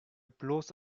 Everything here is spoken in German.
bloß